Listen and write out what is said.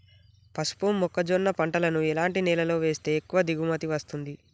పసుపు మొక్క జొన్న పంటలను ఎలాంటి నేలలో వేస్తే ఎక్కువ దిగుమతి వస్తుంది?